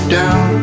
down